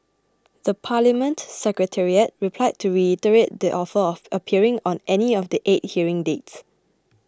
the Parliament Secretariat replied to reiterate the offer of appearing on any of the eight hearing dates